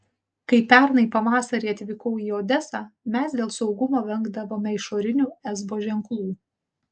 kai pernai pavasarį atvykau į odesą mes dėl saugumo vengdavome išorinių esbo ženklų